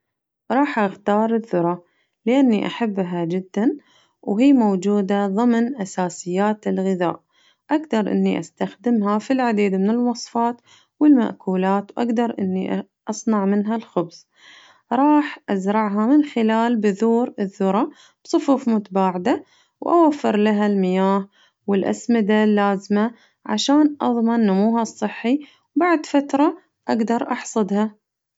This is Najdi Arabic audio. راح أختار الذرة لأني أحبها جداً وهي موجودة ضمن أساسيات الغذاء أقدر إني أستخدمها في العديد من الوصفات والمأكولات وأقدر أني أصنع منها الخبز راح أزرعها من خلال بذور الذرة بصفوف متباعدة وأوفر لها المياه والأسمدة اللازمة عشان أضمن نموها الصحي وبعد فترة أقدر أحصدها.